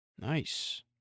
Nice